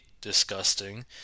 disgusting